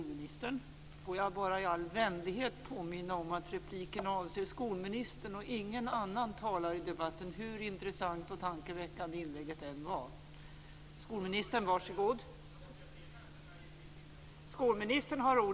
Får jag bara i all vänlighet påminna om att repliken avser skolministern och ingen annan talare i debatten hur intressant och tankeväckande inlägget än var.